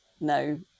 no